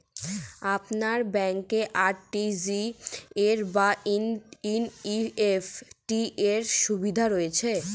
আপনার ব্যাংকে আর.টি.জি.এস বা এন.ই.এফ.টি র সুবিধা রয়েছে?